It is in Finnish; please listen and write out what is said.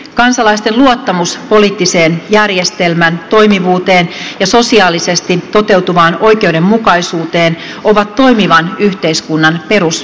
kansalaisten luottamus poliittisen järjestelmän toimivuuteen ja sosiaalisesti toteutuvaan oikeudenmukaisuuteen ovat toimivan yhteiskunnan perusedellytyksiä